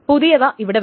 പുതിയവ ഇവിടെ വരും